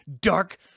dark